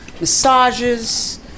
massages